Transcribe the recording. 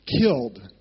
killed